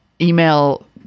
email